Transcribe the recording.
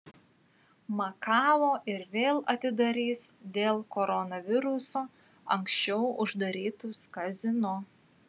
makao ir vėl atidarys dėl koronaviruso anksčiau uždarytus kazino